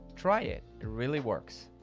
try it, it really works.